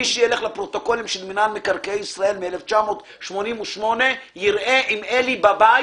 מי שילך לפרוטוקולים של מינהל מקרקעי ישראל מ-1988 יראה עם אלי באבי